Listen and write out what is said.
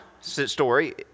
story